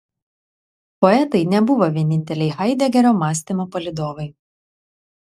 poetai nebuvo vieninteliai haidegerio mąstymo palydovai